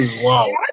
wow